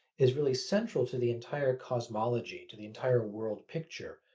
is really central to the entire cosmology, to the entire world-picture,